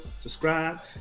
subscribe